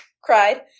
cried